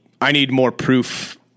I-need-more-proof